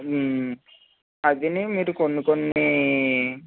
అదిను ఇంకా మీరు కొన్ని కొన్ని